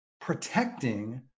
protecting